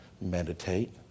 meditate